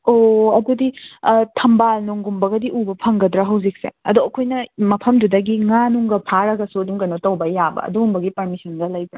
ꯑꯣ ꯑꯗꯨꯗꯤ ꯊꯝꯕꯥꯜꯅꯨꯡꯒꯨꯝꯕꯒꯗꯤ ꯎꯕ ꯐꯪꯒꯗ꯭ꯔꯥ ꯍꯧꯖꯤꯛꯁꯦ ꯑꯗꯣ ꯑꯩꯈꯣꯏꯅ ꯃꯐꯝꯗꯨꯗꯒꯤ ꯉꯥ ꯅꯨꯡꯒ ꯐꯥꯔꯒꯁꯨ ꯑꯗꯨꯝ ꯀꯩꯅꯣ ꯇꯧꯕ ꯌꯥꯕ ꯑꯗꯨꯒꯨꯝꯕꯒꯤ ꯄꯔꯃꯤꯁꯟꯒ ꯂꯩꯕ꯭ꯔꯥ